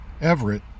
Everett